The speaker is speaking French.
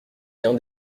bien